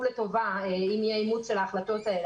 לטובה אם יהיה אימוץ של ההחלטות האלה.